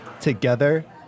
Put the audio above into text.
together